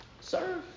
Serve